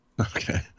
okay